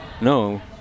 No